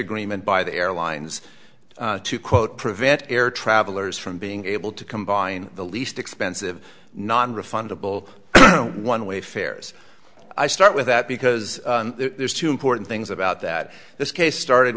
agreement by the airlines to quote prevent air travelers from being able to combine the least expensive nonrefundable one way fares i start with that because there's two important things about that this case started